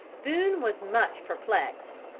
boone was much perplexed.